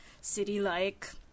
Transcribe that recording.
city-like